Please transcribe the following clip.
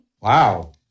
Wow